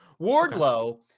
Wardlow